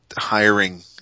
hiring